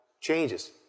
changes